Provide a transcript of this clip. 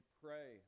pray